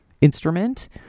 instrument